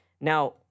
Now